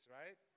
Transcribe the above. right